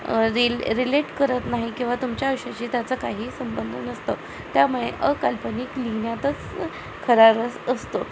रिल relate करत नाही किंवा तुमच्या आयुष्याची त्याचा काही संबंध नसतो त्यामुळे अकाल्पनिक लिहिण्यातच खरा रस असतो